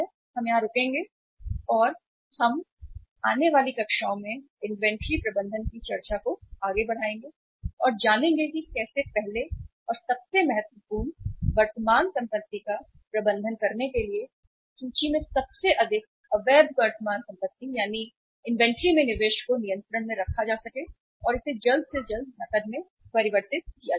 हम यहां रुकेंगे और आने वाली कक्षाओं में इन्वेंट्री के प्रबंधन की चर्चा को आगे बढ़ाएंगे और जानेंगे कि कैसे पहले और सबसे महत्वपूर्ण वर्तमान संपत्ति का प्रबंधन करने के लिए सूची में सबसे अधिक अवैध वर्तमान संपत्ति ताकि इन्वेंट्री में निवेश को नियंत्रण में रखा जा सके और इसे जल्द से जल्द नकद में परिवर्तित किया जा सके